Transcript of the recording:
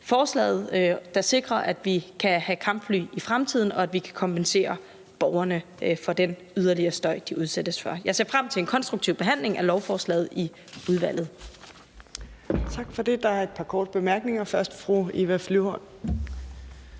forslaget, der sikrer, at vi kan have kampfly i fremtiden, og at vi kan kompensere borgerne for den yderligere støj, de udsættes for. Jeg ser frem til en konstruktiv behandling af lovforslaget i udvalget.